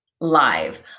Live